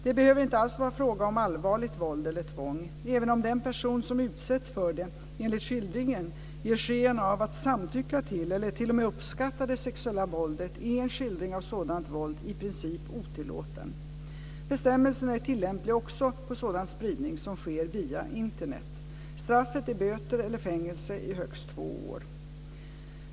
Det behöver inte alls vara fråga om allvarligt våld eller tvång. Även om den person som utsätts för det - enligt skildringen - ger sken av att samtycka till eller t.o.m. uppskatta det sexuella våldet, är en skildring av sådant våld i princip otillåten. Bestämmelsen är tilllämplig också på sådan spridning som sker via Internet. Straffet är böter eller fängelse i högst två år.